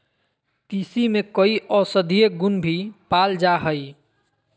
तीसी में कई औषधीय गुण भी पाल जाय हइ